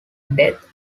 death